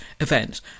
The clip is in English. event